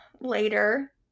later